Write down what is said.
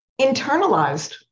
internalized